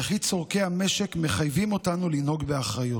וכי צורכי המשק מחייבים אותנו לנהוג באחריות.